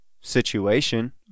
situation